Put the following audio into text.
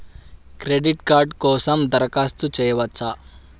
Credit card కోసం దరఖాస్తు చేయవచ్చా?